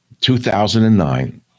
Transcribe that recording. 2009